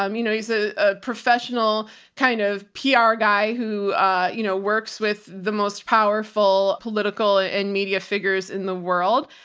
um you know, he's a ah professional kind of pr ah guy who you know works with the most powerful political and media figures in the world.